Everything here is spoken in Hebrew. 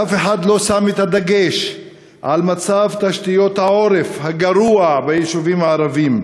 ואף אחד לא שם את הדגש על מצב תשתיות העורף הגרוע ביישובים הערביים,